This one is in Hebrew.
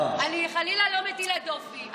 אני חלילה לא מטילה דופי,